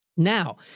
Now